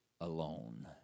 alone